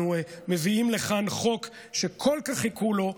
אנחנו מביאים לכאן חוק שכל כך חיכו לו,